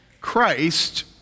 Christ